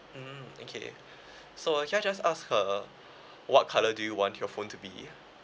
mm okay so uh can I just ask uh what colour do you want your phone to be